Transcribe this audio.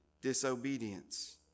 disobedience